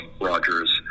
Rogers